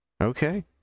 Okay